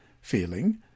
feeling